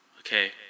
Okay